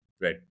right